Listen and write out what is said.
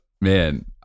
Man